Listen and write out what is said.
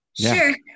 Sure